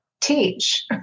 teach